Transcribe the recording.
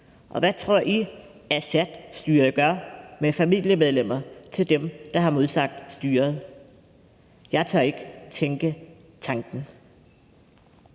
og hvad tror I Assadstyret gør med familiemedlemmer til dem, der har modsagt styret? Jeg tør ikke tænke tanken.